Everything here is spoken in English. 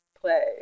play